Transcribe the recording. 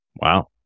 wow